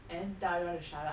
and then tell everyone to shut up